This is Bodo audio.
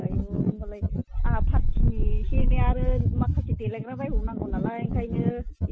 आयु होमबालाय आंहा फार्थिनि इसे एनै आरो माखासे देलायग्रा बायबावनांगौ नालाय ओंखायनो